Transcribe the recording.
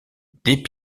dès